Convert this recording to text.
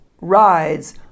Rides